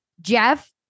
Jeff